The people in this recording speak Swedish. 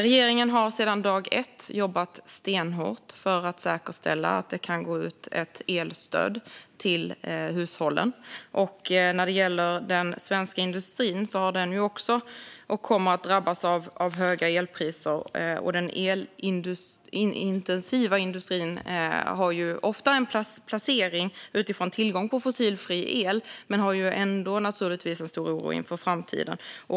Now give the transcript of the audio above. Regeringen har sedan dag ett jobbat stenhårt för att säkerställa att det kan gå ut ett elstöd till hushållen. När det gäller den svenska industrin har den också kommit att drabbas av höga elpriser. Den elintensiva industrin har ofta en placering utifrån tillgång till fossilfri el men har naturligtvis ändå en stor oro inför framtiden.